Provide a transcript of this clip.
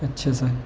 اچھا سر